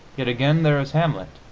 yet again, there is hamlet.